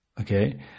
Okay